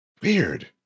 Weird